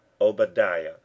Obadiah